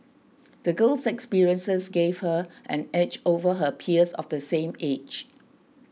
the girl's experiences gave her an edge over her peers of the same age